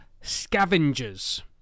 scavengers